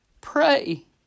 pray